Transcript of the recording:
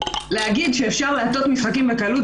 להגיד שאפשר להטות משחקים בקלות,